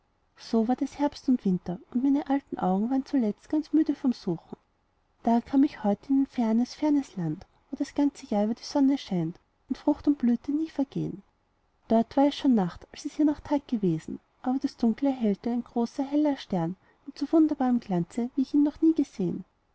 so ward es herbst und winter und meine alten augen waren zuletzt ganz müde vom suchen da kam ich heute in ein fernes fernes land wo das ganze jahr über die sonne scheint und frucht und blüte nie vergehen dort war es schon nacht als es hier noch tag gewesen aber das dunkel erhellte ein großer heller stern mit so wunderbarem glanze wie ich noch nie gesehen